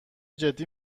جدی